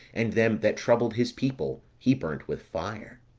and them that troubled his people he burnt with fire